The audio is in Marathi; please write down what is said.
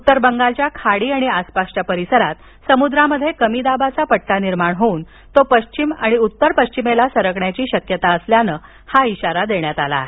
उत्तर बंगालच्या खाडी आणि आसपासच्या परिसरात समुद्रात कमी दाबाचा पट्टा निर्माण होऊन तो पश्चिम आणि उत्तर पश्चिमेला सरकण्याची शक्यता असल्याने हा इशारा देण्यात आला आहे